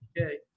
okay